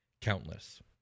countless